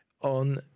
on